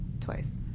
twice